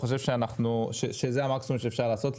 הוא חושב שזה המקסימום שאפשר לעשות,